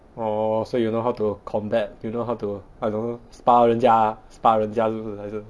oh so you'll know how to combat you know how to I don't know spar 人家 ah spar 人家是不是还是